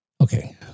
Okay